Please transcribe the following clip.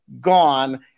gone